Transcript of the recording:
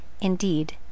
Indeed